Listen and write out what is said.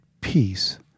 peace